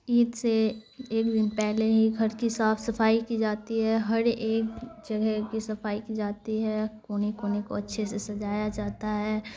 عید سے ایک دن پہلے ہی گھر کی صاف صفائی کی جاتی ہے ہر ایک جگہ کی صفائی کی جاتی ہے کونے کونے کو اچھے سے سجایا جاتا ہے